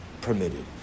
permitted